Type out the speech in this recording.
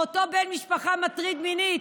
מאותו בן משפחה מטריד מינית,